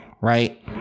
right